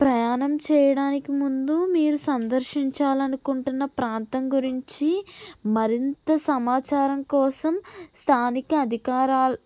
ప్రయాణం చేయడానికి ముందు మీరు సందర్శించాలనుకుంటున్న ప్రాంతం గురించి మరింత సమాచారం కోసం స్థానిక అధికార